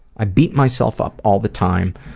i beat myself up all the time.